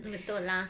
betul lah